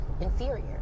inferior